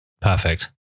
Perfect